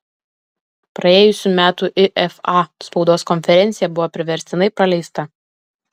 praėjusių metų ifa spaudos konferencija buvo priverstinai praleista